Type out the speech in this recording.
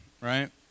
right